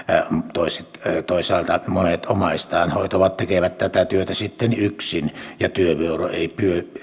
toisaalta toisaalta monet omaistaan hoitavat tekevät tätä työtä sitten yksin ja työvuoro ei